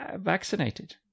vaccinated